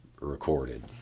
recorded